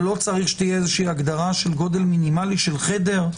אבל לא צריך שתהיה הגדרה של גודל מינימלי של חדר,